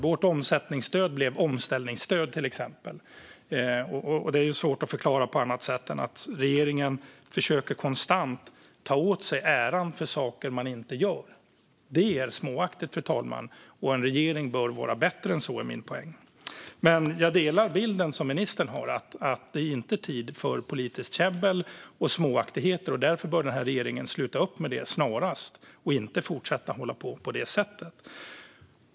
Vårt omsättningsstöd blev omställningsstöd, till exempel, och det är ju svårt att förklara på annat sätt än att regeringen konstant försöker ta åt sig äran för saker den inte gör. Det är småaktigt, fru talman, och en regering bör vara bättre än så. Det är min poäng. Jag delar dock den bild ministern har av att det inte är tid för politiskt käbbel och småaktigheter. Därför bör den här regeringen sluta upp med det snarast och inte fortsätta hålla på så.